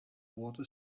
water